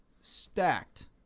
stacked